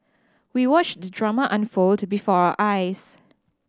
we watched the drama unfold before our eyes